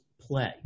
play